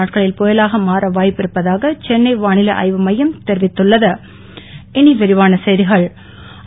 நாட்களில் புயலாக மாற வாய்ப்பிருப்பதாக சென்னை வாளிலை ஆய்வு மையம் தெரிவித்துள்ள து